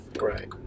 Right